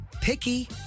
picky